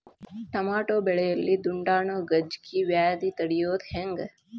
Tomato ಬೆಳೆಯಲ್ಲಿ ದುಂಡಾಣು ಗಜ್ಗಿ ವ್ಯಾಧಿ ತಡಿಯೊದ ಹೆಂಗ್?